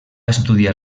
estudiar